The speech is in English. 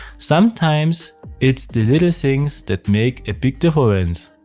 sometimes it's the little things that make a big difference.